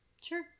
Sure